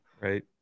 Right